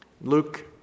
Luke